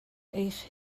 eich